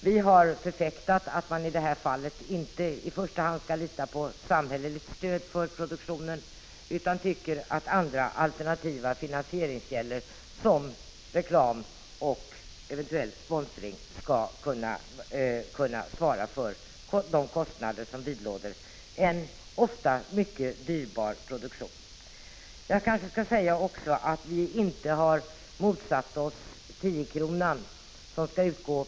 Vi moderater har förfäktat åsikten att man i detta fall inte i första hand skall lita på samhälleligt stöd för produktionen utan att andra alternativa finansieringskällor, som reklam och eventuell sponsring, skall kunna svara för de kostnader som vidlåder en ofta mycket dyrbar produktion. Jag kanske också skall säga att vi moderater inte har motsatt oss den avgift på 10 kr.